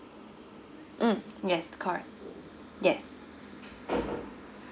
mm yes correct yes